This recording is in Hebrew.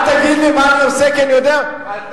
אל תגיד לי מה אני עושה, כי אני יודע מה אני עושה.